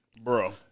bro